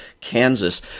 Kansas